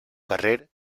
carrer